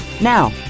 Now